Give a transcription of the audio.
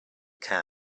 can